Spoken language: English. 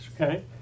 okay